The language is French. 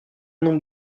nombre